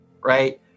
right